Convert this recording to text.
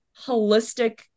holistic